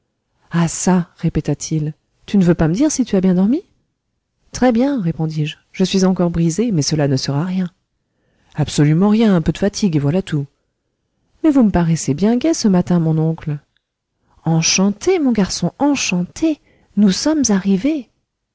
ah ça répéta-t-il tu ne veux pas me dire si tu as bien dormi très bien répondis-je je suis encore brisé mais cela ne sera rien absolument rien un peu de fatigue et voilà tout mais vous me paraissez bien gai ce matin mon oncle enchanté mon garçon enchanté nous sommes arrivés